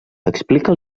explica